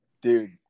dude